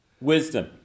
wisdom